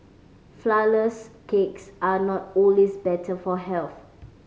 flourless cakes are not always better for health